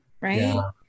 right